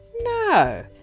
No